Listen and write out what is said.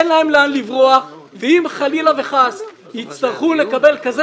אין להן לאן לברוח ואם חלילה וחס יצטרכו לקבל טיל כזה,